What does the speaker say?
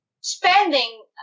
spending